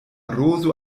rozo